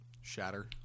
shatter